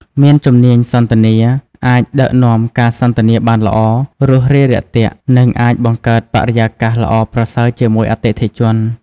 មានជំនាញសន្ទនា អាចដឹកនាំការសន្ទនាបានល្អ រួសរាយរាក់ទាក់ និងអាចបង្កើតបរិយាកាសល្អប្រសើរជាមួយអតិថិជន។